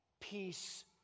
Peace